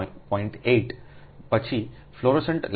8 પછી fluorescent lamps 0